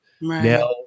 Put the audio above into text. now